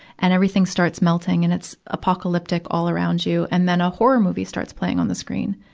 and everything starts melting, and it's apocalyptic all around you. and then a horror movie starts playing on the screen.